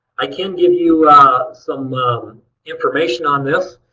i can give you ah some um information on this.